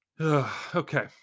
Okay